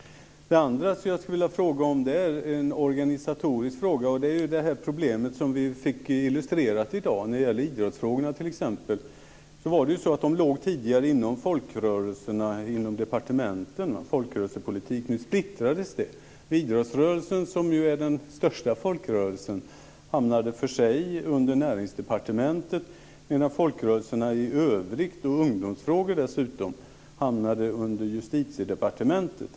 Det andra som jag skulle vilja fråga om är en organisatorisk sak. Det är det problem som vi fick illustrerat i dag vad gäller idrottsfrågorna. De låg tidigare inom folkrörelserna inom departementet. Nu splittrades det. Idrottsrörelsen, som ju är den största folkrörelsen , hamnade för sig under Näringsdepartementet, medan folkrörelserna i övrigt och ungdomsfrågorna dessutom hamnade under Justitiedepartementet.